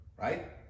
right